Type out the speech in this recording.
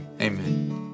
Amen